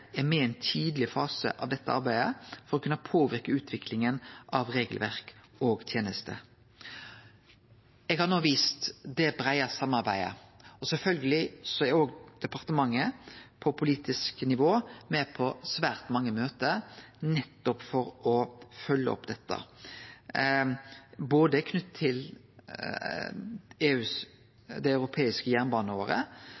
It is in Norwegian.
er viktig at Noreg er med i ein tidleg fase av dette arbeidet for å kunne påverke utviklinga av regelverk og tenester. Eg har no vist det breie samarbeidet. Sjølvsagt er òg departementet på politisk nivå med på svært mange møte nettopp for å følgje opp dette. Både knytt til